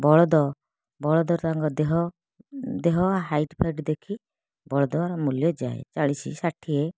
ବଳଦ ବଳଦ ତାଙ୍କ ଦେହ ଦେହ ହାଇଟ୍ ଫାଇଟ ଦେଖି ବଳଦ ମୂଲ୍ୟ ଯାଏ ଚାଳିଶ ଷାଠିଏ